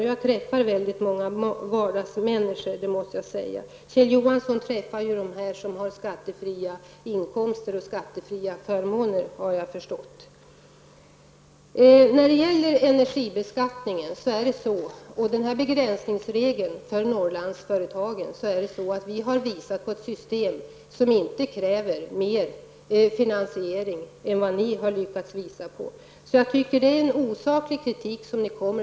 Jag träffar oerhört många vardagsmänniskor. Kjell Johansson träffar människor som har skattefria inkomster och skattefria förmåner, har jag förstått. När det gäller energibeskattningen och begränsningsregeln för företag i Norrland har vi visat på ett system som inte kräver mer finansiering än vad ni har lyckats visa på. Ni kommer med osaklig kritik.